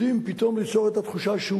יודעים פתאום ליצור את התחושה שהוא